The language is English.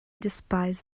despise